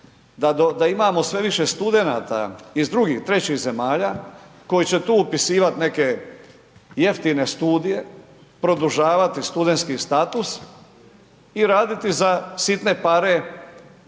da imamo sve više studenata iz drugih, trećih zemalja koji će tu upisivati neke jeftine studije produžavati studentski status i raditi za sitne pare kod